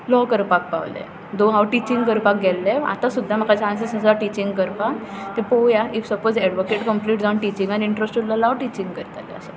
law करपाक पावलें दो हांव टिचींग करपाक गेल्लें आतां सुद्दां म्हाका चांसीस आसा टिचींग करपाक तें पळोवया इफ सपोज एडवोकेट कम्पलीट जावन टिचींगांत इंट्रेस्ट उरलो जाल्यार हांव टिचींग करतलें